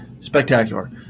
Spectacular